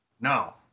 Now